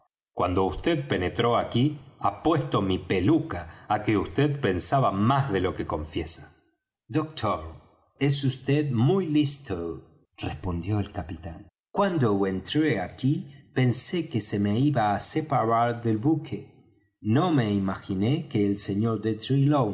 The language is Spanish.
cuando vd penetró aquí apuesto mi peluca á que vd pensaba más de lo que confiesa doctor es vd muy listo respondió el capitán cuando entré aquí pensé que se me iba á separar del buque no me imaginé que el sr de